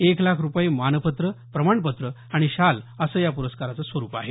एक लाख रूपये मानपत्र प्रमाणपत्र आणि शाल असं या प्रस्काराचं स्वरूप आहे